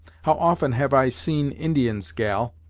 how often have i seen indians, gal,